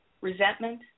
Resentment